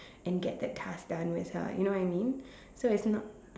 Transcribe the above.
and get that task done with her you know what I mean so it's not